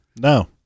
No